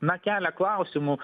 na kelia klausimų